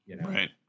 right